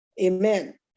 Amen